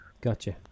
gotcha